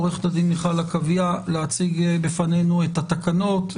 עורכת הדין מיכל עקביה להציג בפנינו את התקנות,